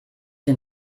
den